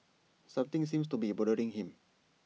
something seems to be bothering him